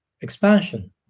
expansion